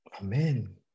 Amen